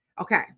Okay